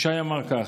ישי אמר כך: